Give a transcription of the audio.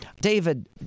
David